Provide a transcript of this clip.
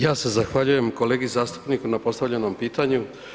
Ja se zahvaljujem kolegi zastupniku na postavljenom pitanju.